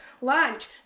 lunch